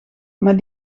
maar